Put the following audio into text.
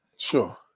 Sure